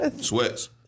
Sweats